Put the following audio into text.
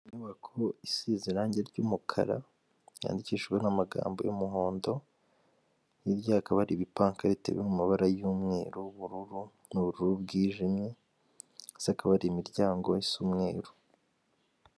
Inyubako isize irangi ry'umukara yandikishijwe n'amagambo y'umuhondo, hirya hakaba ibipanka bitewe mumabara y'umweru ,ubururu, n'ubururu bwijimye ndetse hakaba imiryango isa umweruru.